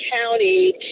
County